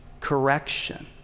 correction